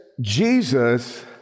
Jesus